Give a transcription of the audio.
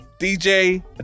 dj